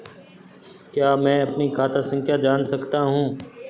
क्या मैं अपनी खाता संख्या जान सकता हूँ?